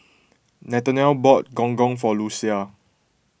Nathanial bought Gong Gong for Lucia